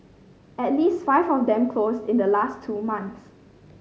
at least five of them closed in the last two months